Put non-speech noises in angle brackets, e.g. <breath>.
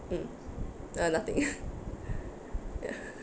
mm ah nothing <laughs> <breath> ya <laughs>